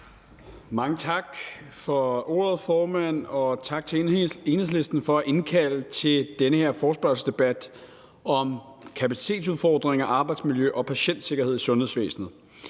Mange tak for ordet, formand, og tak til Enhedslisten for at indkalde til den her forespørgselsdebat om kapacitetsudfordringer, arbejdsmiljø og patientsikkerhed i sundhedsvæsenet.